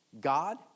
God